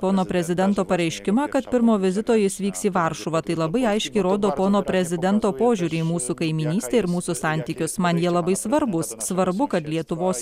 pono prezidento pareiškimą kad pirmo vizito jis vyks į varšuvą tai labai aiškiai rodo pono prezidento požiūrį į mūsų kaimynystę ir mūsų santykius man jie labai svarbūs svarbu kad lietuvos